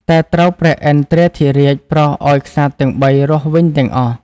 តែត្រូវព្រះឥន្ទ្រាធិរាជប្រោសឱ្យក្សត្រទាំងបីរស់វិញទាំងអស់។